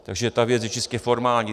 Takže ta věc je čistě formální.